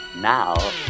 now